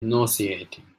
nauseating